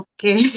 Okay